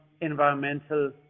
environmental